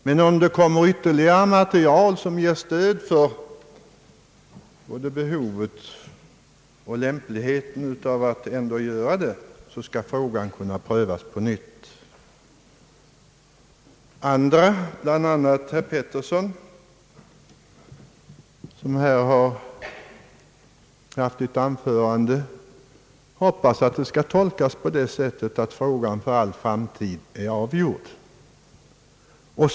Men om det framkommer ytterligare material som ger stöd för både behovet och lämpligheten av att bygga ut älven skall frågan enligt reservanternas mening kunna prövas på nytt. Andra, bl.a. herr Peterson, hoppas att orden skall tolkas på det sättet att frågan är avgjord för all framtid.